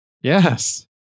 Yes